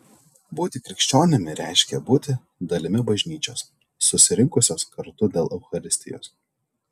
būti krikščionimi reiškia būti dalimi bažnyčios susirinkusios kartu dėl eucharistijos